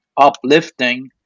uplifting